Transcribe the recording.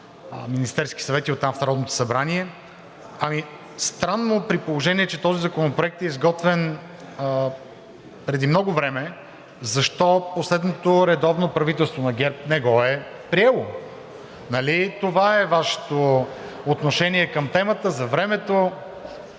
Министерския съвет и оттам в Народното събрание. Странно, при положение че този законопроект е изготвен преди много време защо последното редовно правителство на ГЕРБ не го е приело? Нали това е Вашето отношение към темата за времето?